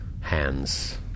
hands